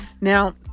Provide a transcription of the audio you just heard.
Now